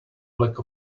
lack